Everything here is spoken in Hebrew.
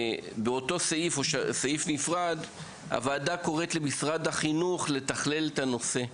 3. הוועדה קוראת למשרד החינוך לתכלל את הנושא.